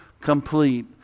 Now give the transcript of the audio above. complete